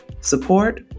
Support